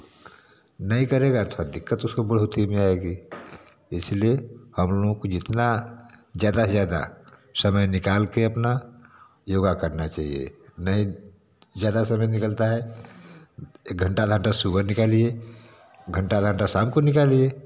नहीं करेगा थोड़ा दिक्कत उसको बढ़ौती में आएगी इसलिए हम लोगों को जितना ज़्यादा से ज़्यादा समय निकाल कर अपना योग करना चाहिए नहीं ज़्यादा समय निकलता है एक घंटा घाटा सुबह निकालिए घंटा घंटा शाम को निकालिए